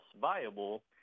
viable